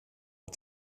att